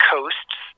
Coasts